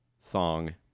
Thong